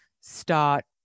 start